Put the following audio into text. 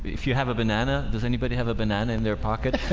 if you have a banana, does anybody have a banana in their pocket,